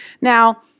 Now